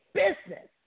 business